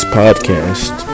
podcast